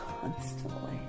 constantly